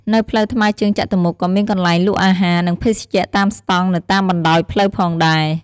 នៅផ្លូវថ្មើរជើងចតុមុខក៏មានកន្លែងលក់អាហារ និងភេសជ្ជៈតាមស្តង់នៅតាមបណ្ដោយផ្លូវផងដែរ។